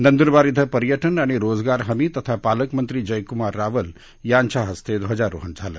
नंदुरबार इथं पर्यजे आणि रोजगार हमी तथा पालकमंत्री जयकुमार रावल यांच्या हस्ते ध्वजारोहण झालं